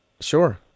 Sure